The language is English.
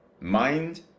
mind